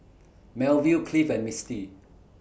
Melville Cliff and Misty